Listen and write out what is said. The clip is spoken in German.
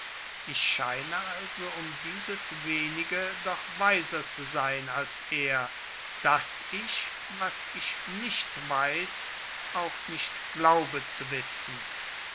ich scheine also um dieses wenige doch weiser zu sein als er daß ich was ich nicht weiß auch nicht glaube zu wissen